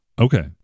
Okay